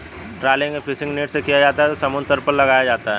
trawling एक fishing net से किया जाता है जो समुद्र तल पर लगाया जाता है